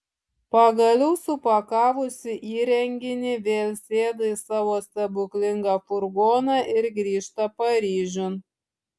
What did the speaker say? pagaliau supakavusi įrenginį vėl sėda į savo stebuklingą furgoną ir grįžta paryžiun